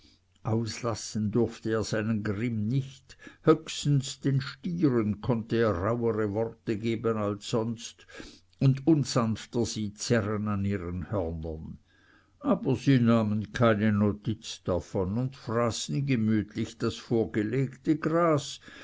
auslassen durfte er seinen grimm nicht höchstens den stieren konnte er rauhere worte geben als sonst und unsanfter sie zerren an ihren hörnern aber sie nahmen keine notiz davon und fraßen gemütlich das vorgelegte gras